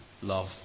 love